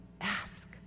Ask